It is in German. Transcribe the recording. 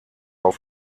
auf